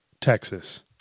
Texas